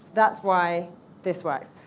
that's why this works.